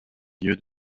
lieux